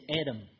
Adam